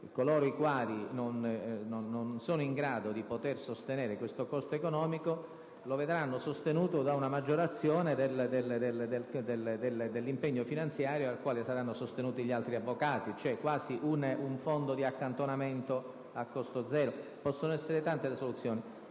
coloro i quali non sono in grado di sostenere questo costo, lo vedranno sostenuto da una maggiorazione dell'impegno finanziario al quale saranno soggetti gli altri avvocati: quasi un fondo di accantonamento a costo zero. Possono essere tante le soluzioni.